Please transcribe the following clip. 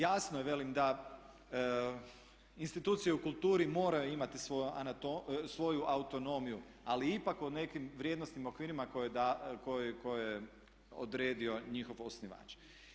Jasno je velim da institucije u kulturi moraju imati svoju autonomiju, ali ipak o nekim vrijednosnim okvirima koje je odredio njihov osnivač.